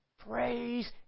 Praise